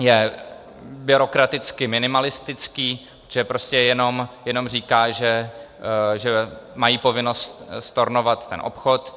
Je byrokraticky minimalistický, prostě jenom říká, že mají povinnost stornovat ten obchod.